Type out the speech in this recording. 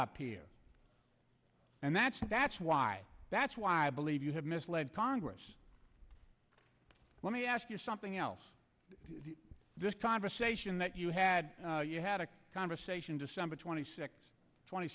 up here and that's that's why that's why i believe you have misled congress let me ask you something else this conversation that you had you had a conversation december twenty sixth twenty